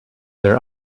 their